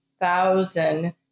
thousand